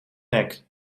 nek